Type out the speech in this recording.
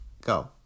Go